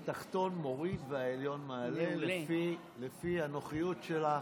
תודה רבה, אדוני היושב-ראש.